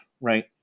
right